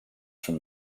from